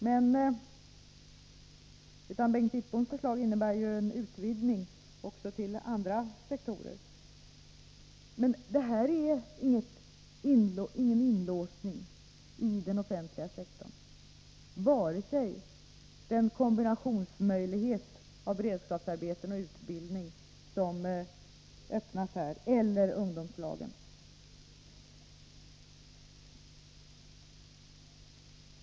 Bengt Wittboms förslag innebär ju en utvidgning också till andra sektorer. Men detta är ingen inlåsning i den offentliga sektorn, vare sig den möjlighet till kombination av beredskapsarbeten och utbildning som öppnas här eller ungdomslagen.